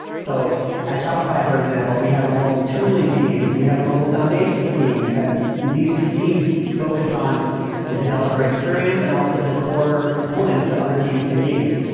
so at shopify, for example, we have a mobile tooling team. we have a mobile foundations team that these two teams focus on the developer experience and also the core components that other teams can use.